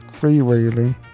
Freewheeling